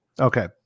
Okay